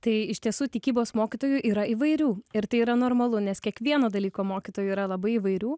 tai iš tiesų tikybos mokytojų yra įvairių ir tai yra normalu nes kiekvieno dalyko mokytojų yra labai įvairių